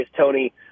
Tony